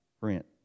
rent